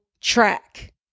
track